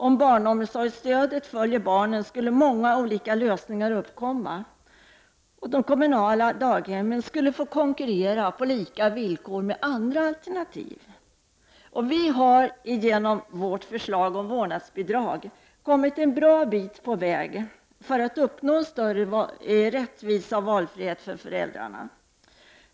Om barnomsorgsstödet följer barnen skulle många olika lösningar uppkomma, och de kommunala daghemmen skulle få konkurrera på lika villkor med andra alternativ. Vi har genom vårt förslag om vårdnadsbidrag kommit en bra bit på väg för att uppnå en större rättvisa och valfrihet för föräldrarna.